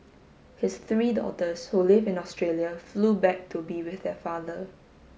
his three daughters who live in Australia flew back to be with their father